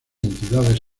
entidades